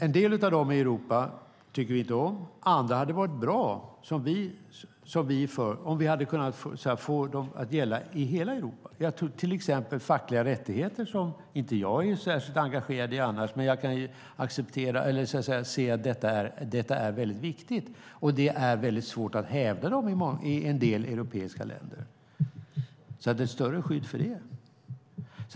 En del av dem som finns i Europa tycker vi inte om, andra hade varit bra, sådana som vi är för, om vi kunnat få dem att gälla i hela Europa. Det gäller till exempel fackliga rättigheter, som jag annars inte är särskilt engagerad i. Jag kan se att de är viktiga, men det är svårt att hävda dem i en del europeiska länder. Ett större skydd för det skulle behövas.